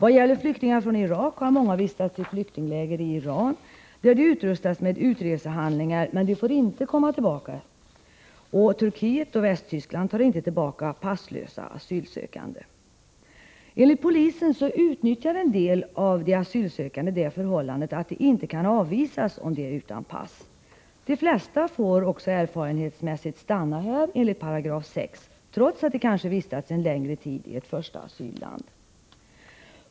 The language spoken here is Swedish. Vad gäller flyktingar från Irak har många vistats i flyktingläger i Iran, där de utrustats med utresehandlingar, men de får inte komma tillbaka. Turkiet och Västtyskland tar inte tillbaka passlösa asylsökande. Enligt polisen utnyttjar en del av de asylsökande det förhållandet att de inte kan avvisas om de är utan pass. De flesta får också erfarenhetsmässigt stanna här enligt 6§ trots att de kanske vistats en längre tid i ett första asylland.